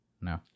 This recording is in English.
No